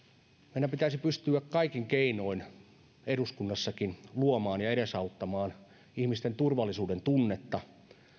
meidän pitäisi pystyä kaikin keinoin eduskunnassakin luomaan ja edesauttamaan ihmisten turvallisuudentunnetta